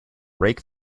rake